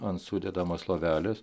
ant sudedamos lovelės